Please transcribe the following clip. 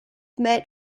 met